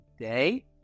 today